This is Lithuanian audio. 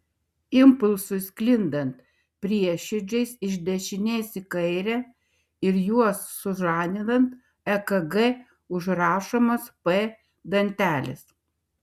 impulsui sklindant prieširdžiais iš dešinės į kairę ir juos sužadinant ekg užrašomas p dantelis